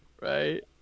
Right